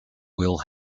will